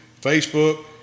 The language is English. Facebook